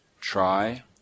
try